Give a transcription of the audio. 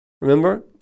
Remember